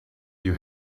you